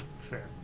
Fair